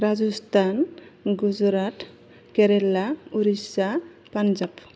Rajasthan Gujarat Kerala Orissa Punjab